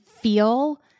feel